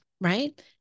right